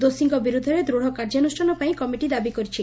ଦୋଷୀଙ୍କ ବିରୋଧରେ ଦୂଢ କାର୍ଯ୍ୟାନୁଷ୍ଠାନ ପାଇଁ କମିଟି ଦାବି କରିଛି